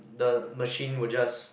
the machine will just